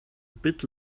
bit